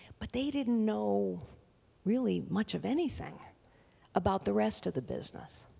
but they didn't know really much of anything about the rest of the business.